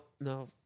no